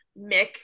Mick